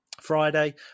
Friday